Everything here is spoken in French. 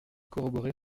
corroborer